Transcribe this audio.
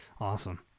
awesome